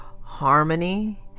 harmony